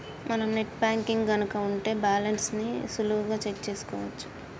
మనం net banking గనక ఉంటే బ్యాలెన్స్ ని సులువుగా చెక్ చేసుకోవచ్చు